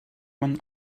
man